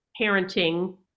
parenting